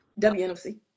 WNFC